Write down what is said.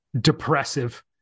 depressive